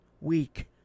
weak